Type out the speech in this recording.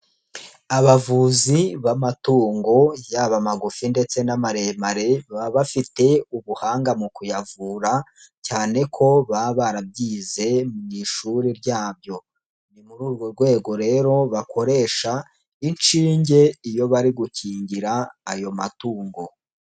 Abavuzi b'amatungo yaba magufi ndetse n'amaremare, baba bafite ubuhanga mu kuyavura cyane ko baba barabyize mu ishuri ryabyo, ni muri urwo rwego rero bakoresha inshinge iyo bari gukingira ayo matungo.